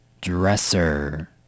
Dresser